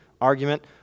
argument